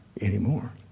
anymore